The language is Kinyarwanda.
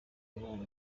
umubano